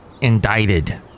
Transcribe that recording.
indicted